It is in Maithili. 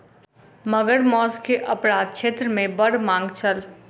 मगर मौस के अपराध क्षेत्र मे बड़ मांग छल